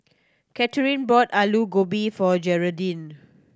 Katherine bought Alu Gobi for Geraldine